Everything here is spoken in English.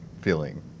feeling